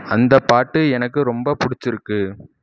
அந்த பாட்டு எனக்கு ரொம்ப பிடிச்சிருக்கு